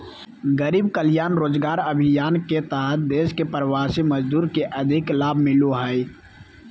गरीब कल्याण रोजगार अभियान के तहत देश के प्रवासी मजदूर के अधिक लाभ मिलो हय